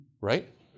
Right